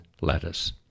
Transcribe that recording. lettuce